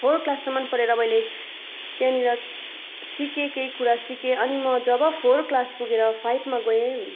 four क्लाससम्म पढेर मैले त्यहाँनिर सिकेँ केही कुरा सिकेँ अनि म जब फोर क्लास पुगेर फाइभमा गएँ